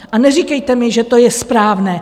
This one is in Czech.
A neříkejte mi, že to je správné!